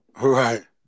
Right